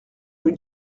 rue